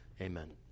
Amen